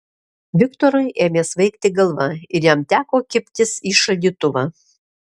viktorui ėmė svaigti galva ir jam teko kibtis į šaldytuvą